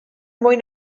mwyn